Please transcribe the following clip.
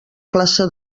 classe